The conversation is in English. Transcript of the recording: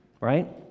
right